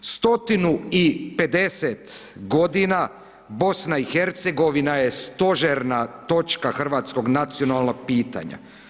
150 godina BiH je stožerna točka hrvatskog nacionalnog pitanja.